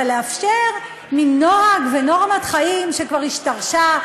אבל לאפשר מין נוהג ונורמת חיים שכבר השתרשה,